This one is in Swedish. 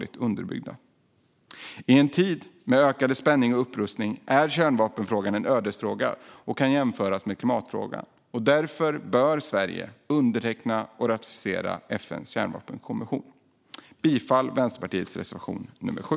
I tid med ökade spänningar och upprustning är kärnvapenfrågan en ödesfråga som kan jämföras med klimatfrågan. Därför bör Sverige underteckna och ratificera FN:s kärnvapenkonvention. Jag yrkar bifall till Vänsterpartiets reservation, nummer 7.